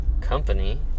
company